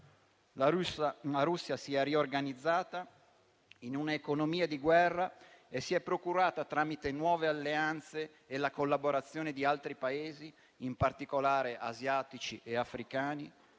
La Russia si è riorganizzata in un'economia di guerra e si è procurata, tramite nuove alleanze e la collaborazione di altri Paesi, in particolare asiatici e africani,